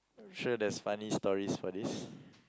I'm sure there's funny stories for this